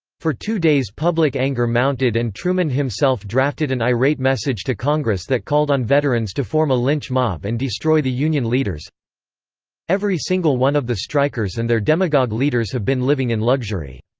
for two days public anger mounted and truman himself drafted an irate message to congress that called on veterans to form a lynch mob and destroy the union leaders every single one of the strikers and their demagogue leaders have been living in luxury.